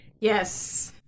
yes